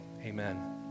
amen